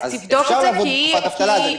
אז אפשר לעבוד בתקופת אבטלה ולכן אני